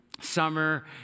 summer